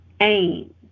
aim